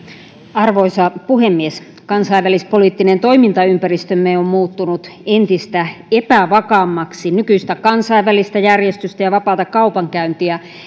arvoisa puhemies kansainvälispoliittinen toimintaympäristömme on muuttunut entistä epävakaammaksi nykyistä kansainvälistä järjestystä ja vapaata kaupankäyntiä